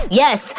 yes